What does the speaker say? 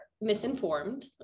misinformed